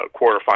quarterfinal